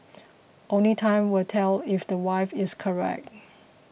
only time will tell if the wife is correct